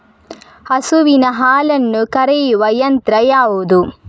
ಹಸುವಿನ ಹಾಲನ್ನು ಕರೆಯುವ ಯಂತ್ರ ಯಾವುದು?